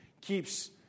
keeps